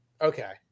Okay